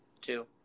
two